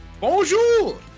bonjour